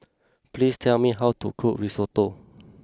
please tell me how to cook Risotto